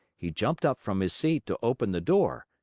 he jumped up from his seat to open the door,